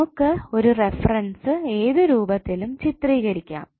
നമുക്ക് ഒരു റഫറൻസ് ഏതു രൂപത്തിലും ചിത്രീകരിക്കാം